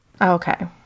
Okay